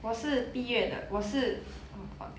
我是毕业的我是 oh my god